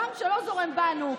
דם שלא זורם בנו,